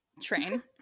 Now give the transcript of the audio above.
Train